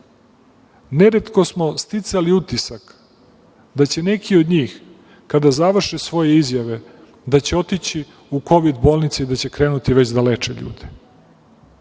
Neretko smo sticali utisak da će neki od njih, kada završe svoje izjave, da će otići u Kovid bolnice i da će krenuti već da leče ljude. Lekari